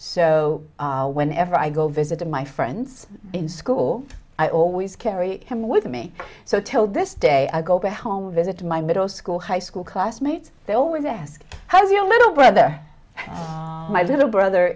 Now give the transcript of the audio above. so whenever i go visit my friends in school i always carry him with me so till this day i go back home visit my middle school high school classmates they always ask how's your little brother my little brother